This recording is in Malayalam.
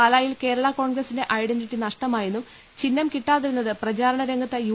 പാലാ യിൽ കേരള കോൺഗ്രസിന്റെ ഐഡന്റിറ്റി നഷ്ടമായെന്നും ചിഹ്നം കിട്ടാതിരുന്നത് പ്രചാരണ രംഗത്ത് യു